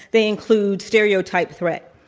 they include stereotype threat.